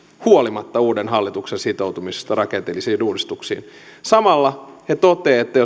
huolimatta uuden hallituksen sitoutumisesta rakenteellisiin uudistuksiin samalla he toteavat että